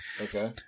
Okay